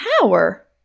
Power